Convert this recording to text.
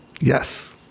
Yes